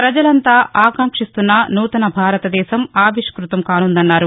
ప్రజలంతా ఆకాంక్షిస్తున్న నూతన భారతదేశం ఆవిష్కృతం కానుందన్నారు